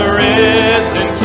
risen